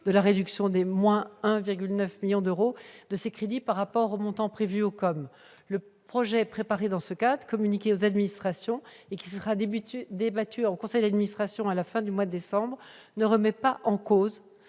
de la réduction de 1,9 million d'euros de ses crédits par rapport au montant prévu au contrat d'objectifs et de moyens. Le projet préparé dans ce cadre, communiqué aux administrations et qui sera débattu en conseil d'administration à la fin du mois de décembre, ne remet pas en cause